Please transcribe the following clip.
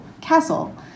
castle